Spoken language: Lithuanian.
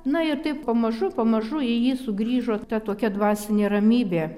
na ir taip pamažu pamažu į jį sugrįžo ta tokia dvasinė ramybė